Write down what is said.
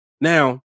Now